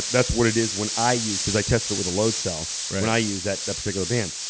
that's what it is when i use cause i tested it with a load cell when i used that that particular band.